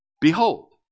Behold